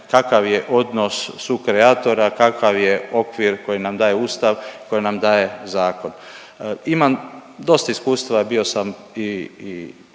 kakav je odnos sukreatora, kakav je okvir koji nam daje Ustav, koji nam daje zakon. Imam dosta iskustva bio sam i